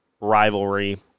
rivalry